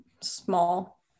small